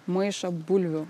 maišą bulvių